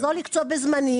אז או לקצוב בזמנים,